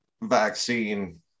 vaccine